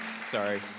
sorry